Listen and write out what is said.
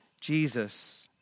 Jesus